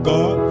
God